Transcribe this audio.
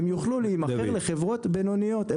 הן יוכלו להימכר לחברות בינוניות.